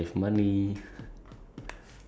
like the plan doesn't go through